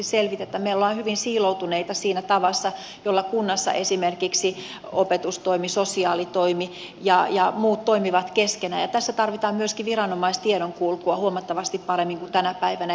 me olemme hyvin siiloutuneita siinä tavassa jolla kunnassa esimerkiksi opetustoimi sosiaalitoimi ja muut toimivat keskenään ja tässä tarvitaan myöskin viranomaistiedonkulkua huomattavasti paremmin kuin tänä päivänä